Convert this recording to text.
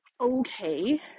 okay